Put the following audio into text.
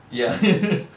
ya